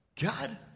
God